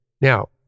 Now